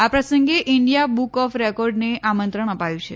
આ પ્રસંગે India book of રેકોર્ડને આમંત્રણ અપાયું છે